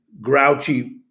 grouchy